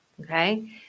Okay